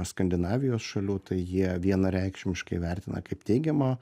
skandinavijos šalių tai jie vienareikšmiškai vertina kaip teigiamą